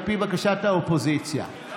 על פי בקשת האופוזיציה,